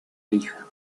hija